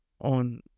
on